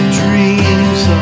dreams